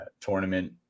tournament